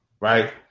right